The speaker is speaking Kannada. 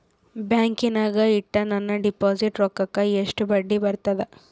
ಬ್ಯಾಂಕಿನಾಗ ಇಟ್ಟ ನನ್ನ ಡಿಪಾಸಿಟ್ ರೊಕ್ಕಕ್ಕ ಎಷ್ಟು ಬಡ್ಡಿ ಬರ್ತದ?